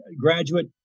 graduate